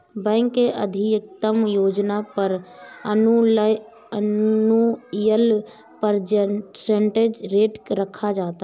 bank के अधिकतम योजना पर एनुअल परसेंटेज रेट रखा जाता है